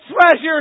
treasures